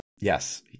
Yes